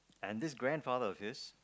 and this grandfather of his